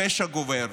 הפשע גובר,